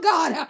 God